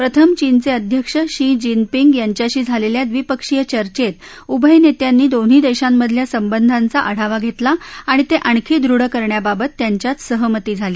प्रथम चीनचे अध्यक्ष शी जीनपिंग यांच्याशी झालेल्या द्विपक्षीय चर्चेत उभय नेत्यांनी दोन्ही देशांमधल्या सबंधाचा आढावा घेतला आणि ते आणखी दृढ करण्याबाबत त्यांच्यात सहमती झाली